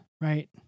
right